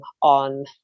on